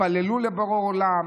תתפללו לבורא עולם,